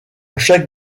chaque